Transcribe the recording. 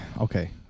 Okay